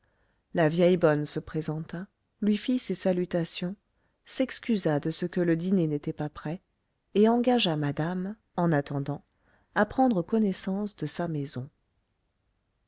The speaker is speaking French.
la vieille bonne se présenta lui fit ses salutations s'excusa de ce que le dîner n'était pas prêt et engagea madame en attendant à prendre connaissance de sa maison